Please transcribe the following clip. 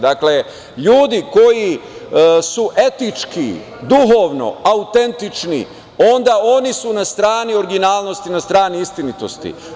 Dakle, ljudi koji su etički, duhovno autentični, onda oni su na strani originalnosti, na strani istinitosti.